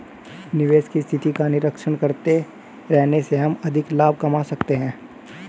निवेश की स्थिति का निरीक्षण करते रहने से हम अधिक लाभ कमा सकते हैं